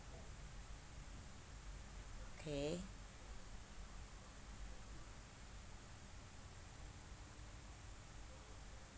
okay